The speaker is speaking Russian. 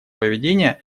поведения